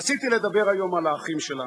רציתי לדבר היום על האחים שלנו.